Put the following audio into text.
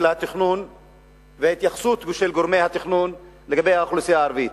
התכנון וההתייחסות של גורמי התכנון לאוכלוסייה הערבית.